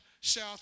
South